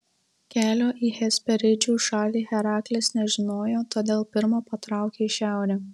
kelio į hesperidžių šalį heraklis nežinojo todėl pirma patraukė į šiaurę